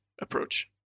approach